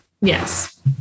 yes